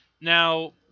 Now